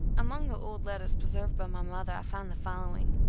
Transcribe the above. among the old letters preserved by my mother i find the following,